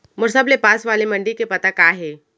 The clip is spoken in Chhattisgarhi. मोर सबले पास वाले मण्डी के पता का हे?